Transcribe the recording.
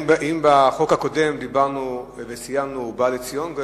אם בחוק הקודם סיימנו ב"ובא לציון גואל",